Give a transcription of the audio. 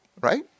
Right